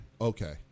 Okay